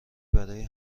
برای